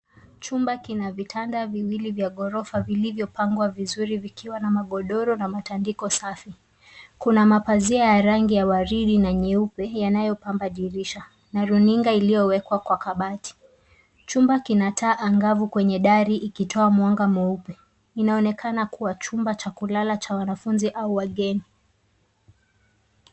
Chumba kina vitanda viwili vya ghorofa vilivyopangwa vizuri vikiwa na magodoro na matandiko safi. Kuna mapazia ya rangi ya waridi na nyeupe yanaypamba dirisha na runinga iliyowekwa kwa kabati. Chumba kina taa angavu kwenye dari ikitoa mwanga mweupe. Inaonekana kuwa chumba cha kulala cha wanafunzi au wageni.